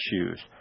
issues